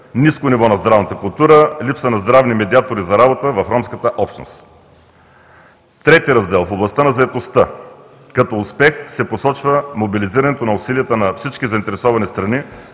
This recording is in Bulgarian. ниско ниво на здравната култура, липса на здравни медиатори за работа в ромската общност. Трети раздел – в областта на заетостта. Като успех се посочва мобилизирането на усилията на всички заинтересовани страни